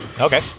okay